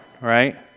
right